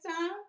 time